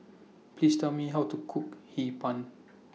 Please Tell Me How to Cook Hee Pan